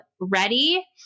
ready